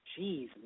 Jeez